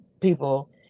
people